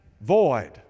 void